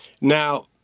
Now